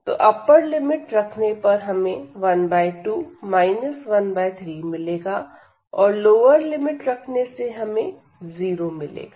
तो upper limit रखने से हमें 12 13 मिलेगा और लोअर लिमिट रखने से हमें 0 मिलेगा